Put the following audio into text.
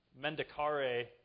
Mendicare